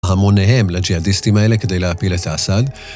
המוניהם לג'יהאדיסטים האלה כדי להפיל את אסד